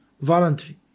voluntary